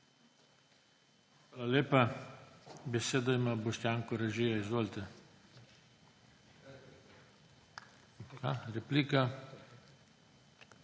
Hvala